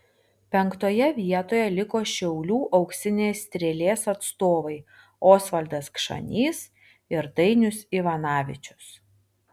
penktoje vietoje liko šiaulių auksinės strėlės atstovai osvaldas kšanys ir dainius ivanavičius